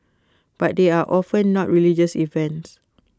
but they are often not religious events